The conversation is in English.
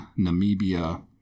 Namibia